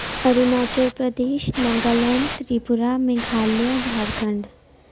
Arunachal Pradesh Nagaland Tripura Meghalaya Jharkhand